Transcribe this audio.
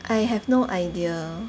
I have no idea